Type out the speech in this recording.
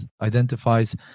identifies